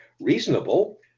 reasonable